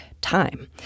time